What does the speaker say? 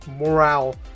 morale